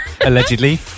Allegedly